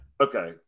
Okay